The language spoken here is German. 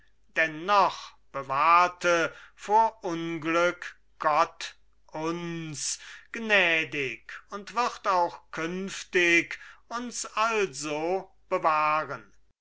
noch bewahrte vor unglück gott uns gnädig und wird auch künftig uns also bewahren